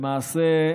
למעשה,